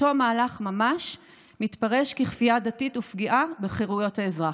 אותו מהלך ממש מתפרש ככפייה דתית ופגיעה בחירויות האזרח.